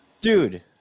Dude